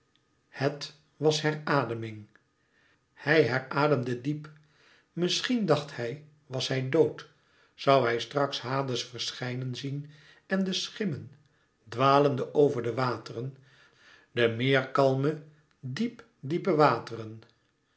het was herademing hij herademde diep misschien dacht hij was hij dood zoû hij straks hades verschijnen zien en de schimmen dwalende over de wateren de meerkalme diep diepe wateren